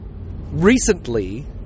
recently